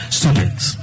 students